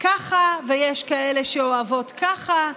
ככה ויש כאלה שאוהבות ככה,